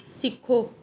ਸਿੱਖੋ